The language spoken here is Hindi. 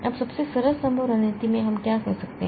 अब सबसे सरल संभव रणनीति में हम क्या कर सकते हैं